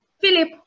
Philip